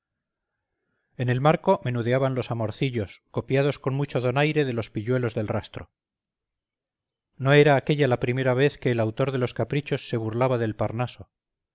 en el marco menudeaban los amorcillos copiados con mucho donaire de los pilluelos del rastro no era aquélla la primera vez que el autor de los caprichos se burlaba del parnaso